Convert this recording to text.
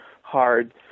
hard